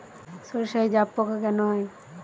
সর্ষায় জাবপোকা কেন হয়?